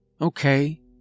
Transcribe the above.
Okay